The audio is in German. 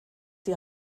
die